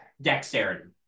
Dexterity